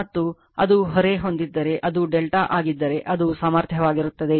ಮತ್ತು ಅದು ಹೊರೆ ಹೊಂದಿದ್ದರೆ ಅದು ಡೆಲ್ಟಾ ಆಗಿದ್ದರೆ ಅದು ಸಾಮರ್ಥ್ಯವಾಗಿರುತ್ತದೆ